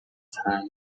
time